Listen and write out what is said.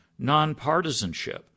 nonpartisanship